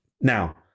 Now